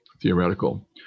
theoretical